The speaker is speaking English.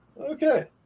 Okay